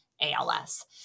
ALS